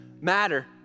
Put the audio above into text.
matter